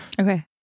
Okay